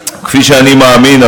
כפי שאני מאמין,